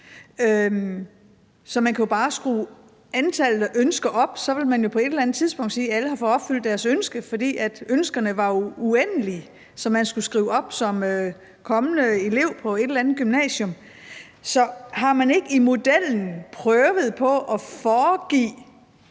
to. Man kan jo bare skrue antallet af ønsker op, og så vil man jo på et eller andet tidspunkt kunne sige, at alle har fået opfyldt deres ønske, fordi man havde uendelige ønsker, som man skulle skrive op, som kommende elev på et eller andet gymnasium. Så har man ikke i modellen prøvet på at foregive,